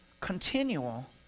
continual